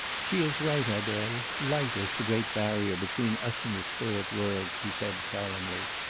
she is right, adele. light is the great barrier between us and the spirit-world, she said solemnly.